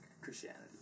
Christianity